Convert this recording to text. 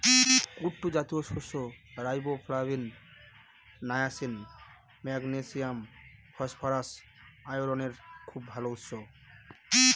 কুট্টু জাতীয় শস্য riboflavin, niacin, magnesium, phosphorus, আয়রনের খুব ভাল উৎস